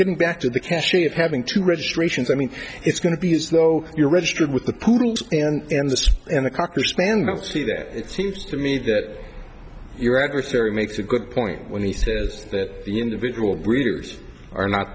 getting back to the cache of having to registrations i mean it's going to be as though you're registered with the poodles and the cocker spaniel to see that it seems to me that your adversary makes a good point when he says that the individual breeders are not